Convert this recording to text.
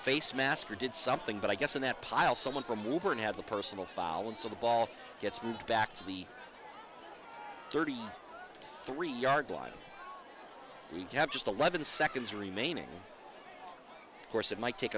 facemask or did something but i guess in that pile someone for movement had a personal fall and so the ball gets moved back to the thirty three yard line we have just eleven seconds remaining course it might take